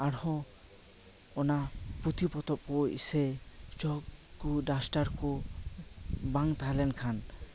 ᱟᱨᱦᱚᱸ ᱚᱱᱟ ᱯᱩᱛᱷᱤ ᱯᱚᱛᱚᱵᱽ ᱠᱚ ᱥᱮ ᱪᱚᱠ ᱠᱚ ᱰᱟᱥᱴᱟᱨ ᱠᱚ ᱵᱟᱝ ᱛᱟᱦᱮᱸᱞᱮᱱ ᱠᱷᱟᱱ